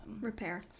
repair